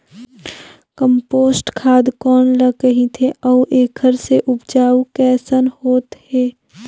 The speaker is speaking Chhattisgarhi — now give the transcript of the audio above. कम्पोस्ट खाद कौन ल कहिथे अउ एखर से उपजाऊ कैसन होत हे?